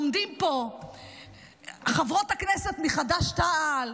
עומדות פה חברות הכנסת מחד"ש-תע"ל,